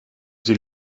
sie